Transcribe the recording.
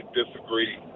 disagree